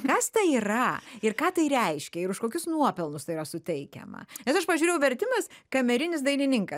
kas tai yra ir ką tai reiškia ir už kokius nuopelnus tai yra suteikiama nes aš pažiūrėjau vertimas kamerinis dainininkas